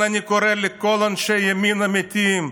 ולכן אני קורא לכל אנשי הימין האמיתיים,